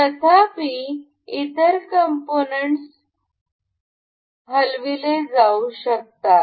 तथापि इतर कॉम्पोनन्ट्स हलविले जाऊ शकतात